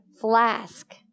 flask